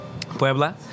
Puebla